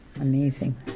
amazing